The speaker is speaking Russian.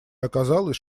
оказалось